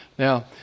Now